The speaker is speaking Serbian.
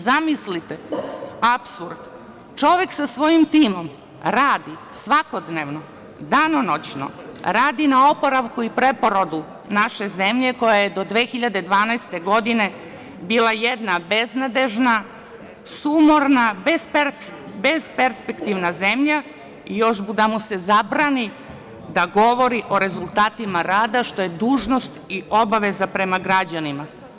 Zamislite apsurd, čovek sa svojim timom radi svakodnevno, danonoćno, radi na oporavku i preporodu naše zemlje koja je do 2012. godine bila jedna beznadežna, sumorna, besperspektivna zemlja i još da mu se zabrani da govori o rezultatima rada, što je dužnost i obaveza prema građanima.